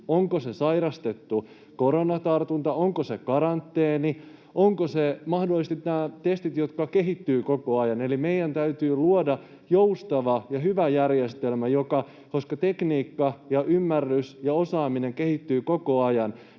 onko se sairastettu koronatartunta, onko se karanteeni, ovatko ne mahdollisesti nämä testit, jotka kehittyvät koko ajan. Eli meidän täytyy luoda joustava ja hyvä järjestelmä, koska tekniikka ja ymmärrys ja osaaminen kehittyvät koko ajan.